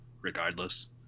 regardless